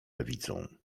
lewicą